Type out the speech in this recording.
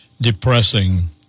depressing